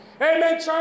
Amen